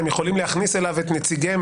הם יכולים להכניס אליו את נציגיהם,